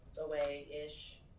away-ish